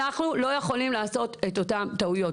אנחנו לא יכולים לעשות את אותן טעויות.